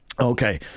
Okay